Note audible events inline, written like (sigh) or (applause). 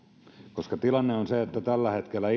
koska tilanne on se että tällä hetkellä (unintelligible)